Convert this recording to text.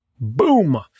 Boom